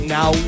Now